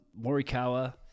Morikawa